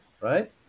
right